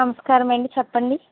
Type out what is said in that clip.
నమస్కారమండి చెప్పండి